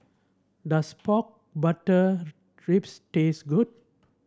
does pork butter ribs taste good